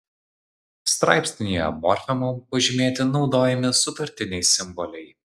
straipsnyje morfemom pažymėti naudojami sutartiniai simboliai